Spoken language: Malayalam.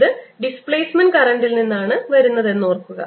ഇത് ഡിസ്പ്ലേസ്മെന്റ് കറന്റിൽ നിന്നാണ് വരുന്നതെന്ന് ഓർക്കുക